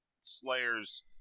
Slayers